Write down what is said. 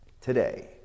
Today